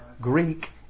Greek